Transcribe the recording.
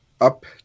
up